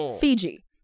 Fiji